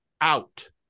out